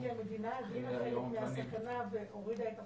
כי המדינה הבינה את הסכנה והורידה את החומרה.